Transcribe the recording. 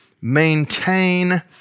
maintain